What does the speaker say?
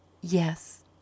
Yes